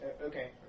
Okay